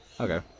okay